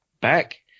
back